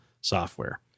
software